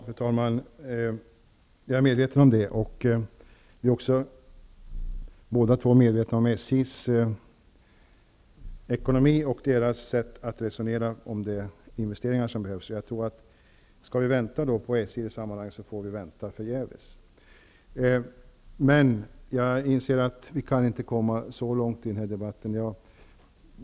Fru talman! Jag är medveten om detta. Vi är också båda två medvetna om SJ:s ekonomi och SJ:s sätt att resonera om de investeringar som behövs. Skall vi vänta på SJ i det här sammanhanget tror jag att vi får vänta förgäves. Jag inser att vi inte kan komma så långt i den här debatten.